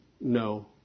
no